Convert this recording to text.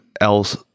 else